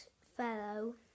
fellow